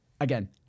again